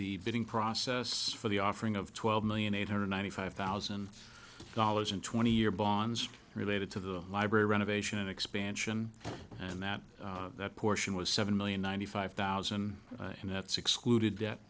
the bidding process for the offering of twelve million eight hundred ninety five thousand dollars and twenty year bonds related to the library renovation expansion and that portion was seven million ninety five thousand and that's excluded debt